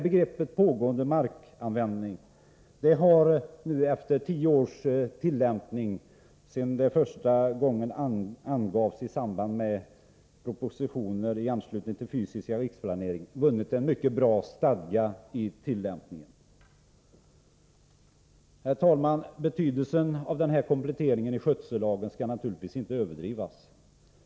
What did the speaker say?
Begreppet pågående markanvändning har nu efter tio års tillämpning— sedan det första gången angavs i propositioner i anslutning till den fysiska riksplaneringen — vunnit en mycket bra stadga i tillämpningen. Herr talman! Betydelsen av den här kompletteringen i skötsellagen skall naturligtvis inte överdrivas.